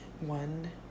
one